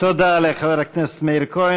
תודה לחבר הכנסת מאיר כהן.